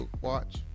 watch